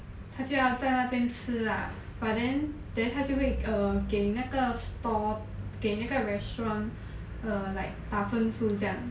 他就要在那边吃 lah but then then 他就会 err 给那个 stall 给那个 restaurant err like 打分数这样